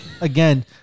again